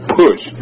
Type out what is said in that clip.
push